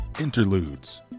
Interludes